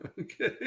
okay